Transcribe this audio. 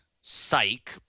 Psych